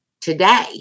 today